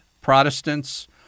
Protestants